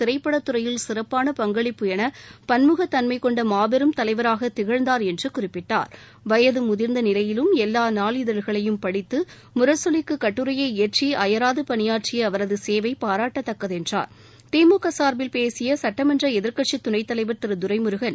திரைப்படத்துறையில் சிறப்பான பங்களிப்பு என பன்முக தன்மை கொண்ட மாபெரும் தலைவராக திகழ்ந்தார் என்று குறிப்பிட்டார் வயது முதிர்ந்த நிலையிலும் எல்லா நாளிதழ்களையும் படித்து முரசொலிக்கு கட்டுரையை இயற்றி அயராது பணியாற்றிய அவரது சேவை பாராட்டத்தக்கது என்றார் திமுக சாா்பில் பேசிய சட்டமன்ற எதிர்க்கட்சித் துணைத் தலைவர் திரு துரை முருகன்